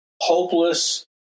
hopeless